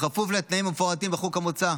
בכפוף לתנאים המפורטים בחוק המוצע,